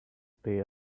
pay